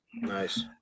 Nice